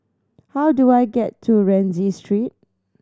how do I get to Rienzi Street